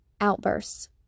outbursts